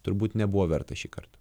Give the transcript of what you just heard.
turbūt nebuvo verta šįkart